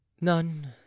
none